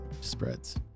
Spreads